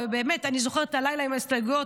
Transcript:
ובאמת אני זוכרת את הלילה עם ההסתייגויות.